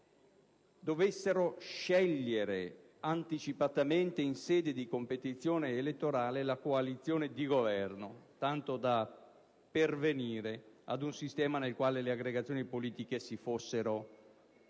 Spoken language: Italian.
chiese di scegliere anticipatamente, in sede di competizione elettorale, la coalizione di Governo, tanto da pervenire ad un sistema nel quale le aggregazioni politiche si fossero